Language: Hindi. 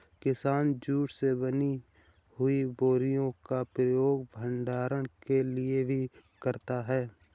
किसान जूट से बनी हुई बोरियों का प्रयोग भंडारण के लिए भी करता है